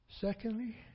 Secondly